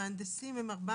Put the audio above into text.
המהנדסים הם 400?